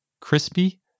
Crispy